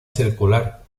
circular